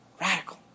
Radical